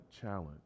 challenge